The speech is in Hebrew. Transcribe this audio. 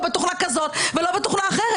לא בתוכנה כזאת ולא בתוכנה אחרת.